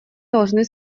должны